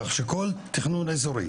כך שכל תכנון אזורי,